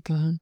ସକେଂ।